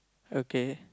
okay